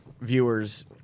viewers